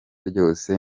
ryose